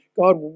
God